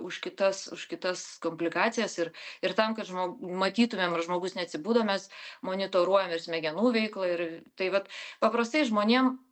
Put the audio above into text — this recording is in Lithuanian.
už kitas už kitas komplikacijas ir ir tam kad žmo matytumėm ar žmogus neatsibudo mes monitoruojam ir smegenų veiklą ir tai vat paprastai žmonėm